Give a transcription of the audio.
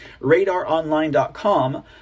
RadarOnline.com